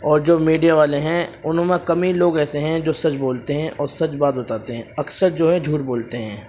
اور جو میڈیا والے ہیں ان میں کم ہی لوگ ایسے ہیں جو سچ بولتے ہیں اور سچ بات بتاتے ہیں اکثر جو ہیں جھوٹ بولتے ہیں